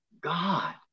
God